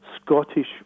Scottish